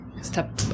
step